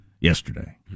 yesterday